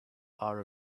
are